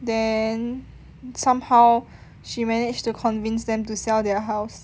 then somehow she manage to convince them to sell their house